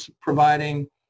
providing